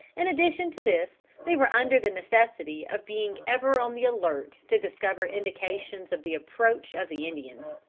in addition to this they were under the necessity of being ever on the alert to discover indications of the approach of the indians.